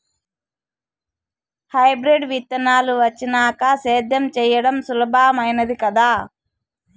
hybrid విత్తనాలు వచ్చినాక సేద్యం చెయ్యడం సులభామైనాది కదా